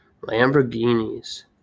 Lamborghinis